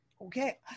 Okay